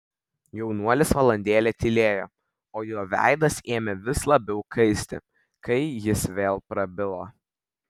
jaunuolis valandėlę tylėjo o jo veidai ėmė vis labiau kaisti kai jis vėl prabilo